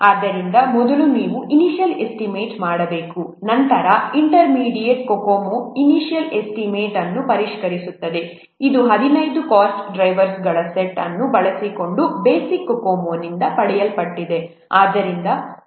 ಆದ್ದರಿಂದ ಮೊದಲು ನೀವು ಇನಿಷ್ಯಲ್ ಎಸ್ಟಿಮೇಟ್ ಮಾಡಬೇಕು ನಂತರ ಇಂಟರ್ಮೀಡಿಯೇಟ್ COCOMO ಇನಿಷ್ಯಲ್ ಎಸ್ಟಿಮೇಟ್ಅನ್ನು ಪರಿಷ್ಕರಿಸುತ್ತದೆ ಇದು 15 ಕಾಸ್ಟ್ ಡ್ರೈವರ್ಸ್ಗಳ ಸೆಟ್ ಅನ್ನು ಬಳಸಿಕೊಂಡು ಬೇಸಿಕ್ COCOMO ನಿಂದ ಪಡೆಯಲ್ಪಟ್ಟಿದೆ